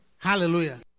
hallelujah